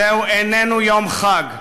איננו יום חג,